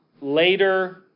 later